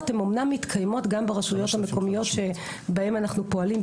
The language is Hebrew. הם אמנם מתקיימות גם ברשויות המקומיות שבהם אנחנו פועלים,